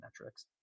metrics